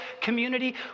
community